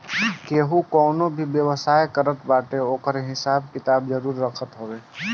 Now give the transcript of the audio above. केहू कवनो भी व्यवसाय करत बाटे ओकर हिसाब किताब जरुर रखत हवे